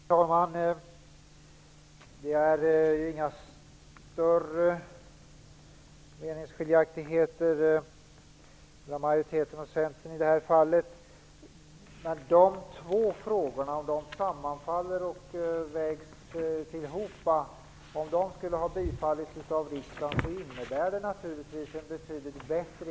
Herr talman! Det råder inga större meningsskiljaktigheter mellan majoriteten och Centern i det här fallet. Om våra två förslag till detaljregler som vi har reserverat oss för hade bifallits av riksdagen skulle detta naturligtvis ha inneburit en betydligt bättre.